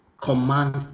command